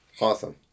Awesome